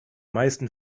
meisten